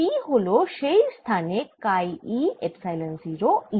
P হল সেই স্থানে কাই e এপসাইলন 0 E